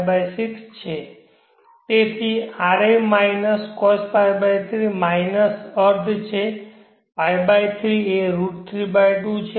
તેથી Rα minus cosπ3 minus અર્ધ છે π 3 એ √ 32 છે